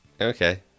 Okay